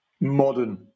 modern